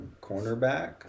cornerback